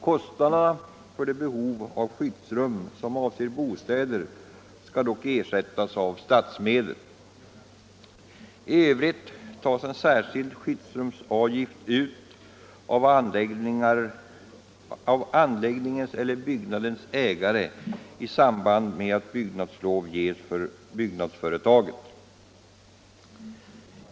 Kostnader för det behov av skyddsrum som avser bostäder skall dock ersättas med statsmedel. I övrigt tas en särskild skyddsrumsavgift ut av anläggningens eller byggnadens ägare i samband med att byggnadslov ges för byggnadsföretaget.